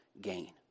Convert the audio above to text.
gain